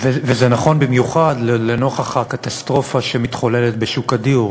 וזה נכון במיוחד לנוכח הקטסטרופה שמתחוללת בשוק הדיור.